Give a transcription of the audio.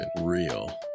real